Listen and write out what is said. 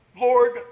Lord